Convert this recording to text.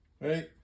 right